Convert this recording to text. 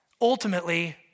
Ultimately